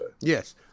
Yes